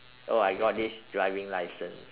oh I got this driving license